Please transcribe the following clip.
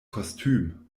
kostüm